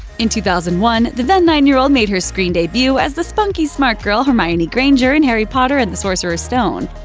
in two thousand and one, the then-nine-year-old made her screen debut as the spunky smart girl hermione granger in harry potter and the sorcerer's stone.